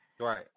Right